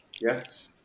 Yes